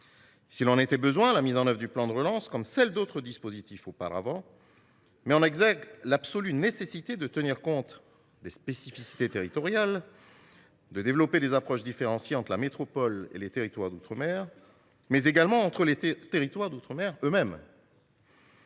S’il en était besoin, la mise en œuvre du plan de relance, comme celle d’autres dispositifs auparavant, met en exergue l’absolue nécessité de tenir compte des spécificités territoriales et de développer des approches différenciées entre la métropole et les territoires d’outre mer, mais également entre les territoires d’outre mer eux mêmes.